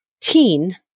teen